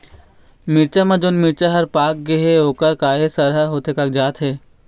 मिरचा म जोन मिरचा हर पाक गे हे ओहर काहे सरहा होथे कागजात हे?